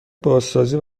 بازسازی